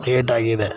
ಏಟಾಗಿದೆ